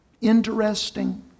interesting